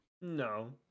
no